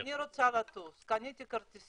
אני רוצה לטוס, קניתי כרטיסים.